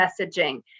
messaging